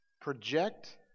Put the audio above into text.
project